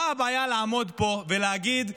מה הבעיה לעמוד פה ולהגיד: